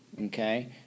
Okay